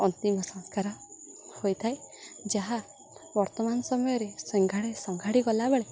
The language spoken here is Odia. ଅନ୍ତିମ ସଂସ୍କାର ହୋଇଥାଏ ଯାହା ବର୍ତ୍ତମାନ ସମୟରେ ସଂଗାଡ଼ି ସଂଗାଡ଼ି ଗଲାବେଳେ